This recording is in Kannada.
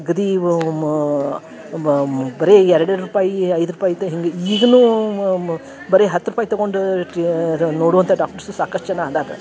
ಅಗ್ದಿವಮಾ ಮಾಮ್ ಬರೇ ಎರಡೇ ರೂಪಾಯಿ ಐದೇ ರೂಪಾಯಿ ಆಯ್ತು ಹಿಂಗೆ ಈಗನೂ ಮ ಮ ಬರೇ ಹತ್ತು ರೂಪಾಯಿ ತಗೊಂಡು ನೋಡ್ವಂಥ ಡಾಕ್ಟರ್ಸು ಸಾಕಷ್ಟು ಜನ ಅದಾರ